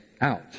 out